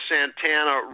Santana